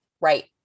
Right